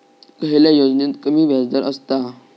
खयल्या योजनेत कमी व्याजदर असता?